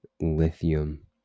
Lithium